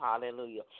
hallelujah